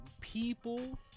people